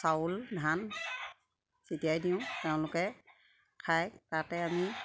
চাউল ধান চিটিয়াই দিওঁ তেওঁলোকে খাই তাতে আমি